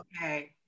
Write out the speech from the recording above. Okay